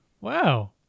wow